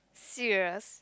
serious